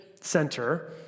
center